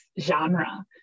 genre